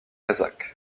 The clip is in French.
kazakh